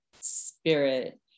spirit